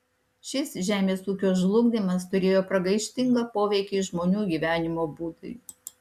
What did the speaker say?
šis žemės ūkio žlugdymas turėjo pragaištingą poveikį žmonių gyvenimo būdui